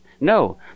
No